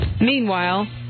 Meanwhile